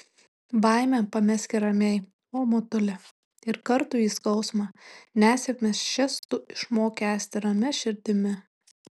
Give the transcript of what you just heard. baimę pameski ramiai o motule ir kartųjį skausmą nesėkmes šias tu išmok kęsti ramia širdimi